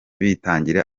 bitangira